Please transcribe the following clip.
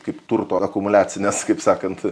kaip turto akumuliacinės kaip sakant